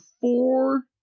four